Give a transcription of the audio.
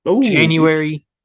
January